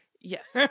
Yes